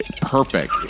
perfect